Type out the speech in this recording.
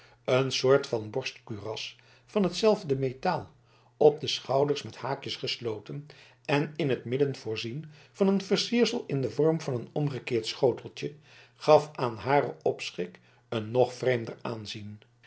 een soort van borstkuras van hetzelfde metaal op de schouders met haakjes gesloten en in t midden voorzien met een versiersel in den vorm van een omgekeerd schoteltje gaf aan haren opschik een nog vreemder aanzien